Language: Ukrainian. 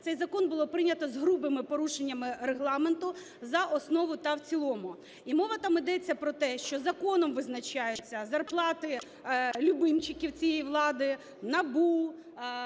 цей закон було прийнято з грубими порушеннями Регламенту за основу та в цілому. І мова там йдеться про те, що законом визначаються зарплати любимчиків цієї влади – НАБУ,